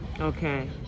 Okay